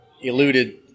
eluded